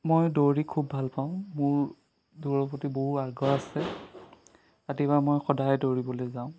মই দৌৰি খুব ভাল পাওঁ মোৰ দৌৰৰ প্ৰতি বহু আগ্ৰহ আছে ৰাতিপুৱা মই সদায় দৌৰিবলৈ যাওঁ